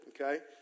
okay